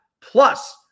plus